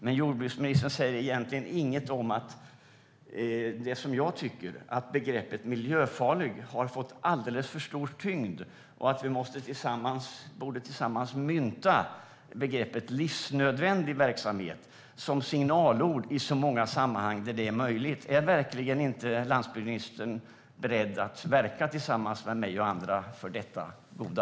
Men jordbruksministern säger egentligen inget om att begreppet miljöfarlig har fått en alldeles för stor tyngd. Tillsammans borde vi mynta begreppet livsnödvändig verksamhet som ett signalord i de sammanhang där det är möjligt. Är landsbygdsministern verkligen inte beredd att verka tillsammans med mig och andra för detta goda?